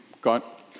got